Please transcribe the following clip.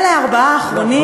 אלה הארבעה האחרונים,